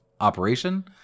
operation